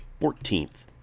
14th